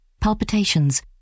palpitations